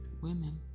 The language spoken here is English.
women